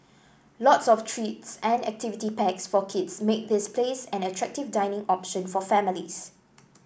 lots of treats and activity packs for kids make this place an attractive dining option for families